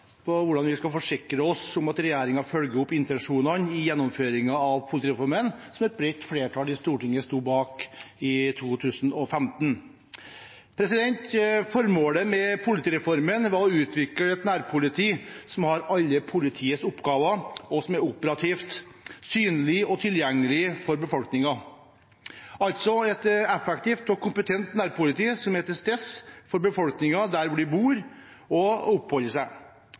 hvordan vi skal forsikre oss om at regjeringen følger opp intensjonene i gjennomføringen av politireformen, som et bredt flertall i Stortinget sto bak i 2015. Formålet med politireformen var å utvikle et nærpoliti som har alle politiets oppgaver, og som er operativt, synlig og tilgjengelig for befolkningen – altså et effektivt og kompetent nærpoliti som er til stede for befolkningen der hvor man bor og oppholder seg.